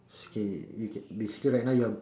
K you can basically right now you're